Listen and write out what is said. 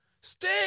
Stay